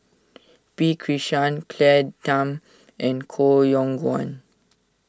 P Krishnan Claire Tham and Koh Yong Guan